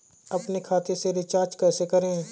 अपने खाते से रिचार्ज कैसे करें?